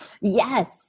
Yes